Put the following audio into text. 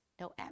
no